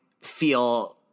feel